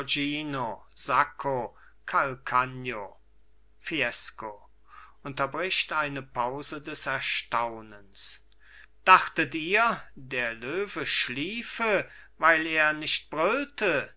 sacco calcagno fiesco unterbricht eine pause des erstaunens dachtet ihr der löwe schliefe weil er nicht brüllte